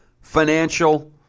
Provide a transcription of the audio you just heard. financial